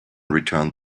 returned